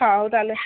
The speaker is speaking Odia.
ହଉ ତାହେଲେ